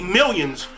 millions